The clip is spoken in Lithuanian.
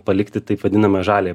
palikti taip vadinamą žalią